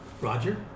Roger